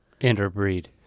Interbreed